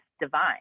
divine